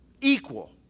equal